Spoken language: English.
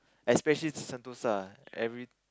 especially Sentosa every